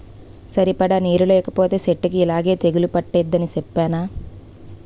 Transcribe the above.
సరిపడా నీరు లేకపోతే సెట్టుకి యిలాగే తెగులు పట్టేద్దని సెప్పేనా?